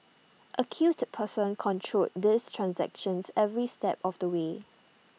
accused persons controlled these transactions every step of the way